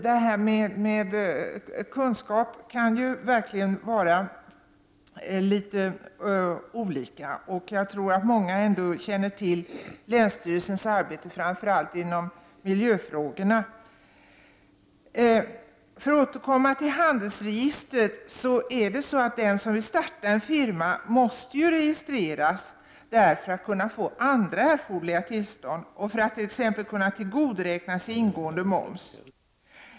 Det här med kunskaper kan ju verkligen vara litet olika. Jag tror att många känner till länsstyrelsernas arbete framför allt inom miljöfrågorna. För att återgå till handelsregistret: Den som vill starta en firma måste registreras där för att kunna få andra erforderliga tillstånd och för att t.ex. kunna tillgodoräkna sig ingående moms.